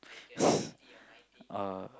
oh